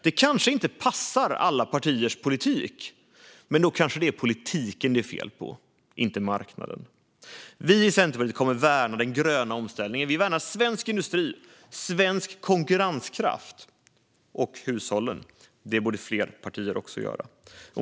Det kanske inte passar alla partiers politik, men då kanske det är politiken som det är fel på och inte marknaden. Vi i Centerpartiet kommer att värna den gröna omställningen. Vi värnar svensk industri, svensk konkurrenskraft och hushållen. Det borde fler partier också göra.